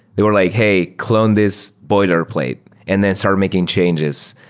they were like, hey, clone this boiler plate and then start making changes.